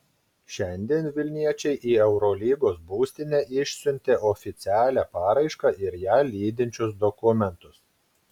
šiandien vilniečiai į eurolygos būstinę išsiuntė oficialią paraišką ir ją lydinčius dokumentus